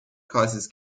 causes